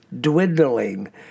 dwindling